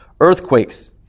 earthquakes